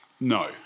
No